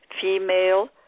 female